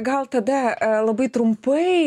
gal tada labai trumpai